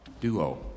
Duo